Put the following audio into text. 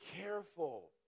careful